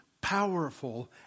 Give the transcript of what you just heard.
powerful